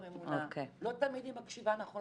לא תמיד היא מקשיבה נכון,